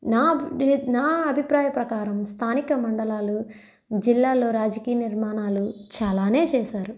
నా నా అభిప్రాయం ప్రకారం స్థానిక మండలాలు జిల్లాలో రాజకీయ నిర్మాణాలు చాలానే చేశారు